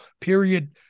period